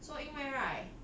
so 因为 right